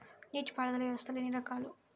నీటిపారుదల వ్యవస్థలు ఎన్ని రకాలు?